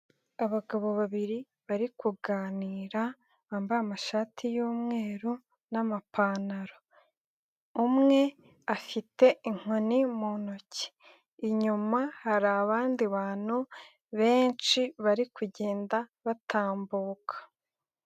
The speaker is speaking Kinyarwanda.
Abagabo babiri bari kuganira bambaye amashati y'umweru n'amapantaro, umwe afite inkoni mu ntoki, inyuma hari abandi bantu benshi bari kugenda batambuka.